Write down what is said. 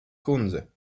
kundze